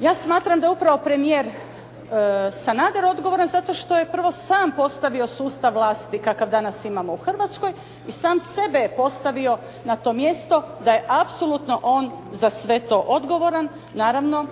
Ja smatram da je upravo premijer Sanader odgovoran zato što je prvo sam postavio sustav vlasti kakav danas imamo u Hrvatskoj i sam sebe je postavio na to mjesto da je apsolutno on za sve to odgovoran, naravno